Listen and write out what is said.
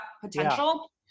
potential